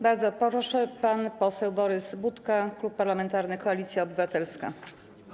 Bardzo proszę, pan poseł Borys Budka, Klub Parlamentarny Koalicja Obywatelska.